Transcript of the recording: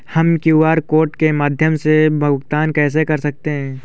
हम QR code के माध्यम से भुगतान कैसे कर सकते हैं?